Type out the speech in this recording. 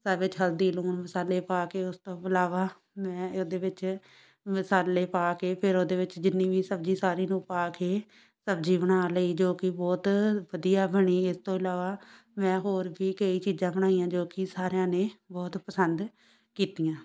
ਸਭ ਵਿੱਚ ਹਲਦੀ ਲੂਣ ਮਸਾਲੇ ਪਾ ਕੇ ਉਸ ਤੋਂ ਇਲਾਵਾ ਮੈਂ ਉਹਦੇ ਵਿੱਚ ਮਸਾਲੇ ਪਾ ਕੇ ਫਿਰ ਉਹਦੇ ਵਿੱਚ ਜਿੰਨੀ ਵੀ ਸਬਜ਼ੀ ਸਾਰੀ ਨੂੰ ਪਾ ਕੇ ਸਬਜ਼ੀ ਬਣਾ ਲਈ ਜੋ ਕਿ ਬਹੁਤ ਵਧੀਆ ਬਣੀ ਇਸ ਤੋਂ ਇਲਾਵਾ ਮੈਂ ਹੋਰ ਵੀ ਕਈ ਚੀਜ਼ਾਂ ਬਣਾਈਆਂ ਜੋ ਕਿ ਸਾਰਿਆਂ ਨੇ ਬਹੁਤ ਪਸੰਦ ਕੀਤੀਆਂ